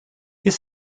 his